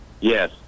Yes